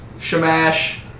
shamash